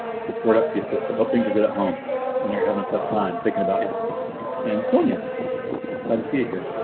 word up to your sister hope things are good at home and they're having a tough time thinking about you and sonia glad to see you here